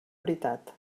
veritat